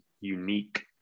unique